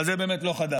אבל זה באמת לא חדש.